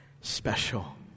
special